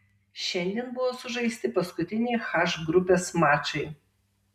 šiandien buvo sužaisti paskutiniai h grupės mačai